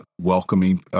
welcoming